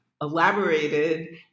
elaborated